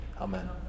Amen